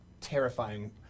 terrifying